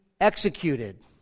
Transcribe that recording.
executed